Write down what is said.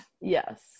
Yes